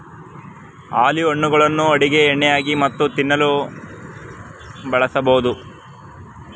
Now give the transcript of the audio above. olive ಹಣ್ಣುಗಳನ್ನು ಅಡುಗೆ ಎಣ್ಣೆಯಾಗಿ ಮತ್ತು ತಿನ್ನಲು ಬಳಸಬೋದು